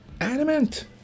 adamant